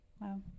Wow